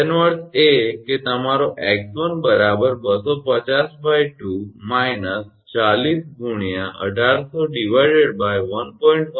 તેનો અર્થ એ કે તમારો 𝑥1 250 2 − 40 × 1800 1